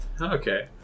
Okay